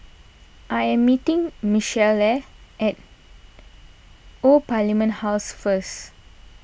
I am meeting Michaela at Old Parliament House first